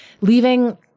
leaving